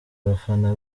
abafana